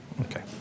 Okay